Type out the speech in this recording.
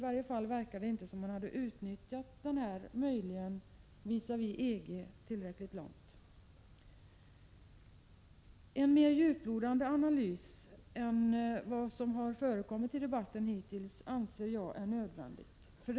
I varje fall verkar det inte som om man hade utnyttjat möjligheterna visavi EG i tillräckligt stor utsträckning. Enligt min mening är det nödvändigt med en mer djuplodande analys än vad som hittills förekommit i debatten.